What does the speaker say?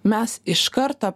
mes iš karto